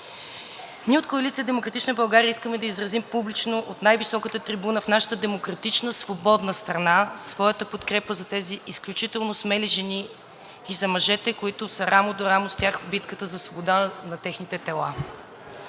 От Коалиция „Демократична България“ искаме да изразим публично от най-високата трибуна в нашата демократична, свободна страна своята подкрепа за тези изключително смели жени и за мъжете, които са рамо до рамо с тях в битката за свобода на техните тела.